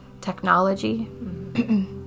technology